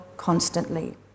constantly